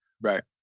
Right